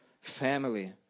family